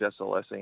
SLS